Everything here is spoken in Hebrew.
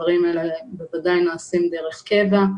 הדברים האלה בוודאי נעשים דרך קבע,